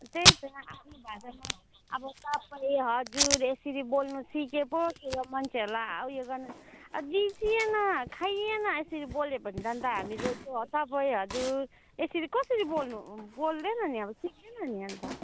त्यही त आफ्नो भाषामा अब तपाईँ हजुर यसरी बोल्नु सिके पो ठुलो मान्छेहरूलाई ऊ यो गर्नु दिजिए ना खाइए ना यसरी बोल्यो भने त अन्त हामीहरू यो तपाईँ हजुर यसरी कसरी बोल्नु बोल्दैन नि अब सिक्दैन नि अन्त